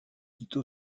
tito